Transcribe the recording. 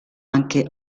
anche